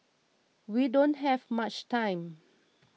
we don't have much time